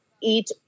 eat